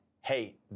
hey